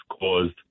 caused